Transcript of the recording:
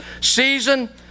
season